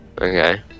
okay